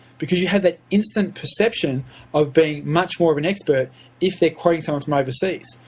because you have that instant perception of being much more of an expert if they're quoting someone from overseas.